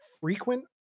frequent